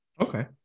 Okay